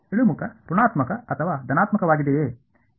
ಇಳಿಮುಖ ಋಣಾತ್ಮಕ ಅಥವಾ ಧನಾತ್ಮಕವಾಗಿದೆಯೇ